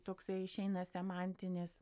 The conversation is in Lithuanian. toksai išeina semantinis